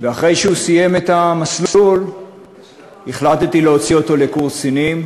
אחרי שהוא סיים את המסלול החלטתי להוציא אותו לקורס קצינים,